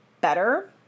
better